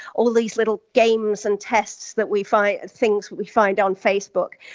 all these little games and tests that we find, things we find on facebook.